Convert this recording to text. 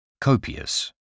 Copious